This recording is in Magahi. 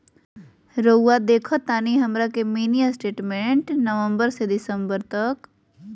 रहुआ देखतानी हमरा के मिनी स्टेटमेंट नवंबर से दिसंबर तक?